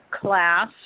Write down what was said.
class